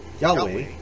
Yahweh